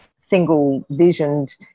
single-visioned